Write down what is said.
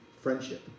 friendship